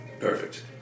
Perfect